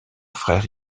frère